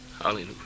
Hallelujah